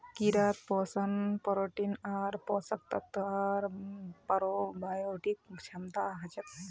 कीड़ात पोषण प्रोटीन आर पोषक तत्व आर प्रोबायोटिक क्षमता हछेक